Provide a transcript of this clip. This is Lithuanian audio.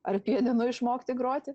ar pianinu išmokti groti